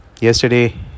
Yesterday